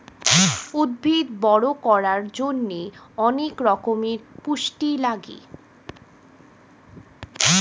উদ্ভিদ বড় করার জন্যে অনেক রকমের পুষ্টি লাগে